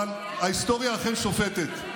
אבל ההיסטוריה אכן שופטת.